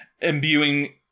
imbuing